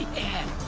and